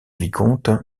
vicomtes